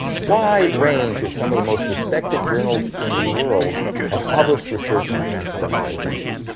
wide range of some of the most respected journals in the world have published research on transcendental meditation.